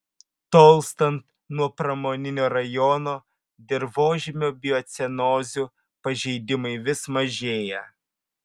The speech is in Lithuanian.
tolstant nuo pramoninio rajono dirvožemio biocenozių pažeidimai vis mažėja